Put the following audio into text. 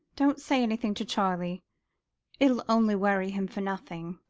don't say anything to charlie it'll only worry him for nothing.